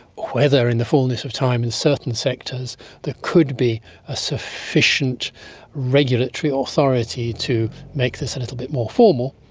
whether in the fullness of time in certain sectors there could be a sufficient regulatory authority to make this a little bit more formal,